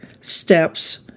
steps